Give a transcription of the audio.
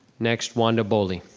next, wanda boley.